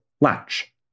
latch